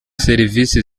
serivisi